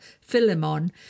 Philemon